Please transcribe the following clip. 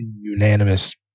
unanimous